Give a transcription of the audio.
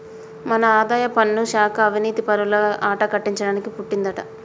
మన ఆదాయపన్ను శాఖ అవనీతిపరుల ఆట కట్టించడానికి పుట్టిందంటా